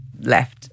left